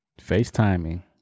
Facetiming